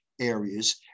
areas